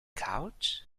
couch